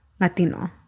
latino